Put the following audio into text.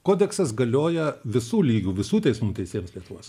kodeksas galioja visų lygų visų teismų teisėjams lietuvos